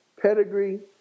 pedigree